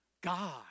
God